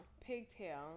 pigtail